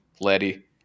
Letty